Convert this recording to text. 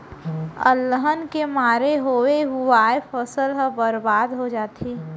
अलहन के मारे होवे हुवाए फसल ह बरबाद हो जाथे